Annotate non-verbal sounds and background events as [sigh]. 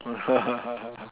[laughs]